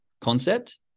concept